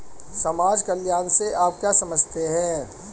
समाज कल्याण से आप क्या समझते हैं?